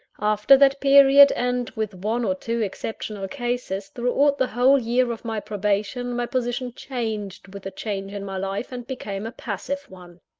after that period, and with one or two exceptional cases throughout the whole year of my probation, my position changed with the change in my life, and became a passive one.